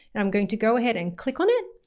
and i'm going to go ahead and click on it